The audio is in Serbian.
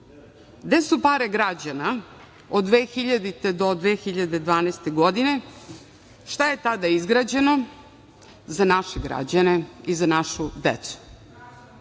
gde su pare građana od 2000. do 2012. godine? Šta je tada izgrađeno za naše građane i za našu decu?